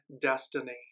destiny